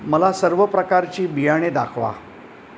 मला सर्व प्रकारची बियाणे दाखवा